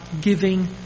giving